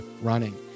running